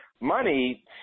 money